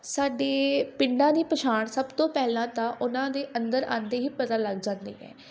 ਸਾਡੇ ਪਿੰਡਾਂ ਦੀ ਪਛਾਣ ਸਭ ਤੋਂ ਪਹਿਲਾਂ ਤਾਂ ਉਹਨਾਂ ਦੇ ਅੰਦਰ ਆਉਂਦੇ ਹੀ ਪਤਾ ਲੱਗ ਜਾਂਦੀ ਹੈ